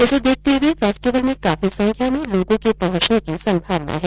इसे देखते हुए फेस्टिवल में काफी संख्या में लोगों के पहुंचने की संभावना है